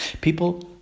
People